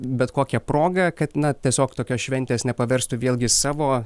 bet kokia proga kad na tiesiog tokios šventės nepaverstų vėlgi savo